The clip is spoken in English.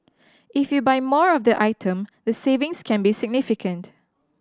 if you buy more of the item the savings can be significant